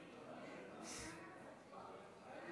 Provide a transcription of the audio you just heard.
כנסת נכבדה,